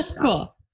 Cool